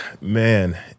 man